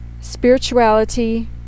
spirituality